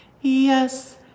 Yes